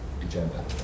agenda